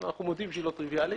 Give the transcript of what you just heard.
אנחנו מודים שהיא לא טריוויאלית,